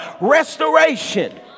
restoration